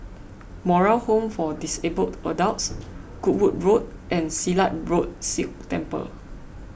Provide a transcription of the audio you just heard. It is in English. Moral Home for Disabled Adults Goodwood Road and Silat Road Sikh Temple